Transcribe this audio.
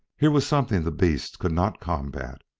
here was something the beasts could not combat.